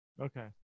okay